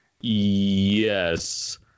Yes